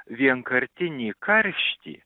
vienkartinį karštį